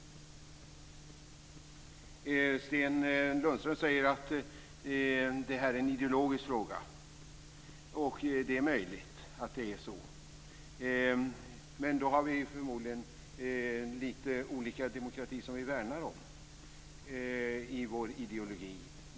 Sten Lundström säger att det här är en ideologisk fråga. Det är möjligt att det är så. Men då har vi förmodligen en lite olika demokrati som vi värnar i vår ideologi.